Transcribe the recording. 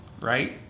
Right